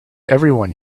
everyone